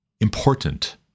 important